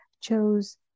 chose